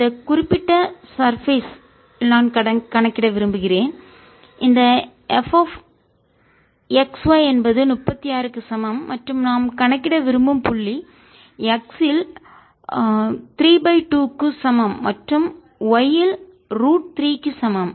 இந்த குறிப்பிட்ட சர்பேஸ் மேற்பரப்பில் நான் கணக்கிட விரும்புகிறேன் இது fxy என்பது 36 க்கு சமம் மற்றும் நான் கணக்கிட விரும்பும் புள்ளி x இல் 3 2 க்கு சமம் மற்றும் y இல் ரூட் 3 க்கு சமம்